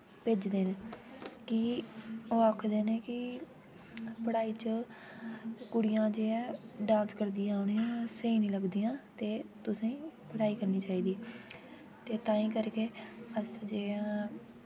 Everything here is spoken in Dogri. ओह् आखदे न कि पढ़ाई च कुड़िया जे डान्स करदियां ने सेही निं लग्दियां ते तुसेंगी जे पढ़ाई करनी चाहिदी तुसेंगी जि'यां